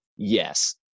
Yes